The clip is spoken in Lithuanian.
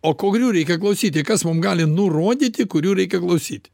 o kurių reikia klausyti kas mum gali nurodyti kurių reikia klausyt